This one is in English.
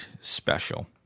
special